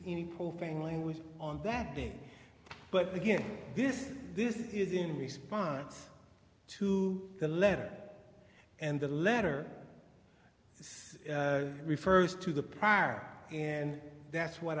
any profane language on that day but again this this is in response to the letter and the letter this refers to the prior and that's what